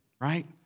right